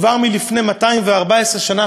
כבר לפני 214 שנה,